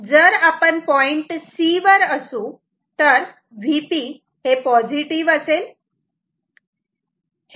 जर आपण point C वर असू तर Vp हे पॉझिटिव्ह असेल